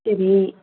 சரி